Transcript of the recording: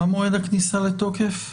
מה מועד הכניסה לתוקף?